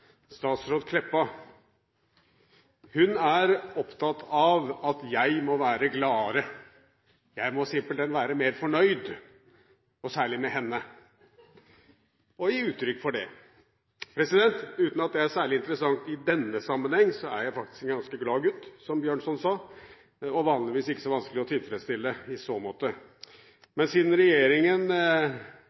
statsråd Meltveit Kleppa. Hun er opptatt av at jeg må være gladere. Jeg må simpelthen være mer fornøyd – særlig med henne – og gi uttrykk for det. Uten at det er særlig interessant i denne sammenheng, så er jeg faktisk en ganske glad gutt, som Bjørnson sa, og vanligvis ikke så vanskelig å tilfredsstille i så måte. Men siden regjeringen